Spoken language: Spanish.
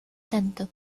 tanto